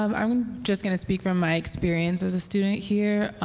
um i'm just going to speak from my experience as a student here.